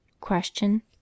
Question